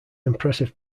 impressive